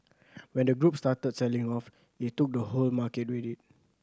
when the group started selling off it took the whole market with it